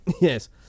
Yes